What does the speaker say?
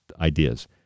ideas